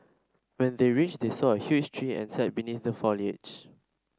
when they reached they saw a huge tree and sat beneath the foliage